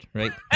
right